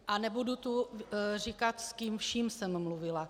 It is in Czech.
A nebudu tu říkat, s kým vším jsem mluvila.